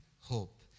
hope